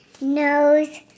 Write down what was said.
Nose